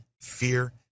fear